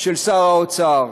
של שר האוצר,